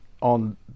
on